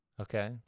Okay